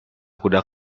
kuda